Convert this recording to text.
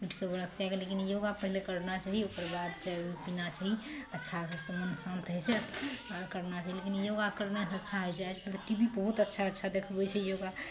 उठि कऽ ब्रश कए कऽ लेकिन योगा करना चाही ओकरबाद चाय ओइ पिना चाही अच्छासँ मन शांत होइ छै करना चाही लेकिन यो गा करनेसँ अच्छा होइ छै आइकाल्हि टी वी पर बहुत अच्छा अच्छा देखबै छै योगा